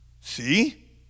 See